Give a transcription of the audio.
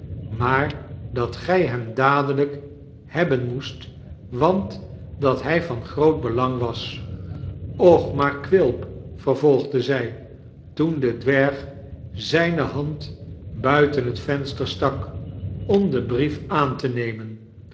maar dat gij hem dadelijk hebben moest want dat hij van groot belang was och maar quilp vervolgde zij toen de dwerg zijne hand buiten het venster stak om den brief aan te nemen